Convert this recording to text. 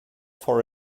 for